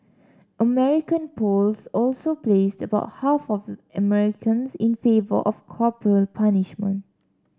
American polls also placed about half of Americans in favour of corporal punishment